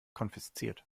konfisziert